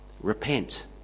Repent